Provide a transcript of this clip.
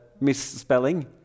misspelling